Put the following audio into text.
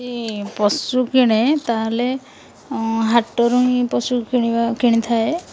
ପଶୁ କିଣେ ତାହେଲେ ହାଟରୁ ହିଁ ପଶୁ କିଣିବା କିଣିଥାଏ